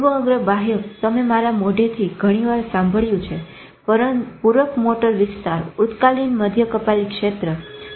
પૂર્વ અગ્ર બાહ્યક તમે મારા મોઢે થી ઘણીવાર સાંભળ્યું છે પુરક મોટોર વિસ્તાર ઉતાર્કાલીન મધ્ય કપાલી ક્ષેત્ર છે